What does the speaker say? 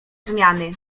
zmiany